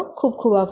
ખુબ ખુબ આભાર